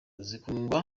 zikundwa